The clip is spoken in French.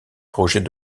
projet